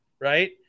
right